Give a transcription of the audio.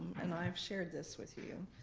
and i've shared this with you,